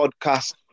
podcast